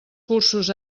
cursos